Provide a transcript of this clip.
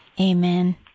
Amen